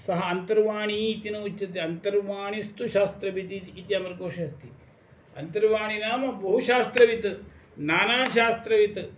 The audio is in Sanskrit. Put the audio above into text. सः अन्तर्वाणी इति न उच्यते अन्तर्वाणिस्तु शास्त्रविदिद् इति अमरकोषे अस्ति अन्तर्वाणि नाम बहुशास्त्रवित् नानाशास्त्रवित्